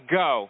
go